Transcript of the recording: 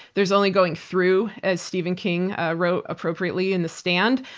there's only going through, as stephen king ah wrote appropriately in the stand.